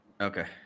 okay